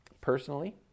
personally